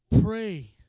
pray